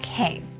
Okay